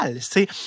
C'est